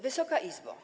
Wysoka Izbo!